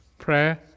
Prayer